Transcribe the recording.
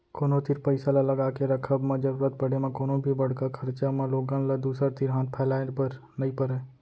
कोनो तीर पइसा ल लगाके रखब म जरुरत पड़े म कोनो भी बड़का खरचा म लोगन ल दूसर तीर हाथ फैलाए बर नइ परय